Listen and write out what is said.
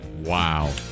Wow